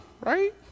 right